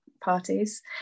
parties